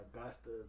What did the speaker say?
Augusta